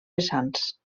vessants